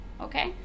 Okay